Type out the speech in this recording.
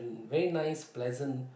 very nice pleasant